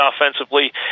offensively